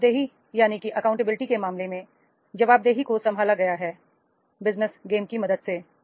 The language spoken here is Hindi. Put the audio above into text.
जवाबदेही के मामले में जवाबदेही को संभाला गया है बिजनेस गेम्स की मदद से